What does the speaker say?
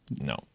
No